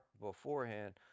beforehand